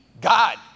God